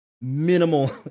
minimal